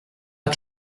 pas